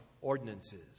ordinances